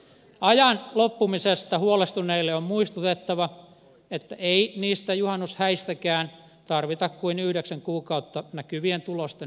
ajan loppumisesta huolestuneille on muistutettava että ei niistä juhannushäistäkään tarvita kuin yhdeksän kuukautta näkyvien tulosten aikaansaamiseksi